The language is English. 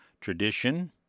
Tradition